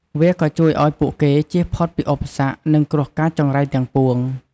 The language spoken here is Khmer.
វាក៏ជួយឱ្យពួកគេជៀសផុតពីឧបសគ្គ និងគ្រោះកាចចង្រៃទាំងពួង។